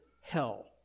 hell